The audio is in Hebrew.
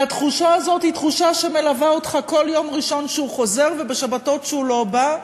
והתחושה הזאת מלווה אותך כל יום ראשון כשהוא חוזר ובשבתות כשהוא לא בא,